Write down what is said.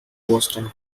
boston